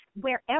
wherever